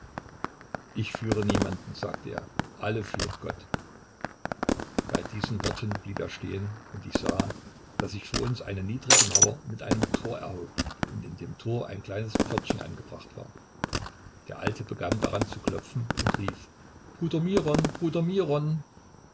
ich führe niemanden sagte er alle führt gott bei diesen worten blieb er stehen und ich sah daß sich vor uns eine niedrige mauer mit einem tor erhob und in dem tor ein kleines pförtchen angebracht war der alte begann daran zu klopfen und rief bruder miron bruder miron